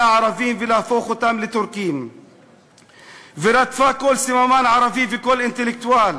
הערבים ולהפוך אותם לטורקים ורדפה כל סממן ערבי וכל אינטלקטואל,